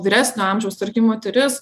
vyresnio amžiaus tarkim moteris